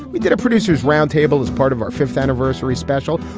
we get a producers roundtable as part of our fifth anniversary special.